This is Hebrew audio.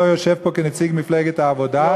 לא יושב פה כנציג מפלגת העבודה.